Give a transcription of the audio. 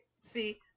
See